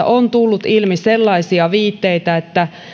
on tullut ilmi muun muassa sellaisia viitteitä että